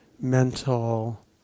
mental